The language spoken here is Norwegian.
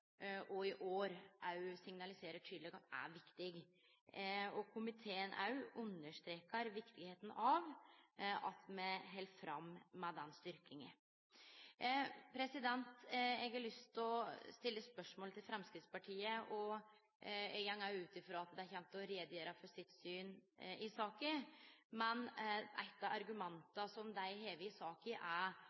og i år òg tydeleg signaliserer er viktig. Komiteen understrekar òg kor viktig det er at me held fram med den styrkinga. Eg har lyst til å stille eit spørsmål til Framstegspartiet. Eg går ut frå at dei kjem til å gjere greie for sitt syn i saka, men eitt av argumenta som dei har i saka, er